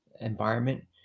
environment